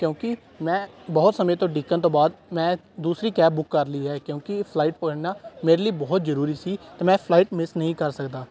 ਕਿਉਂਕਿ ਮੈਂ ਬਹੁਤ ਸਮੇਂ ਤੋਂ ਉਡੀਕਣ ਤੋਂ ਬਾਅਦ ਮੈਂ ਦੂਸਰੀ ਕੈਬ ਬੁੱਕ ਕਰ ਲਈ ਹੈ ਕਿਉਂਕਿ ਫਲਾਈਟ ਪਕੜਨਾ ਮੇਰੇ ਲਈ ਬਹੁਤ ਜ਼ਰੂਰੀ ਸੀ ਅਤੇ ਮੈਂ ਫਲਾਈਟ ਮਿਸ ਨਹੀਂ ਕਰ ਸਕਦਾ